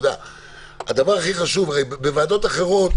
בוועדות אחרות,